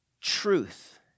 Truth